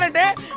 ah that.